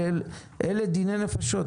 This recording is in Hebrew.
אלה דיני נפשות.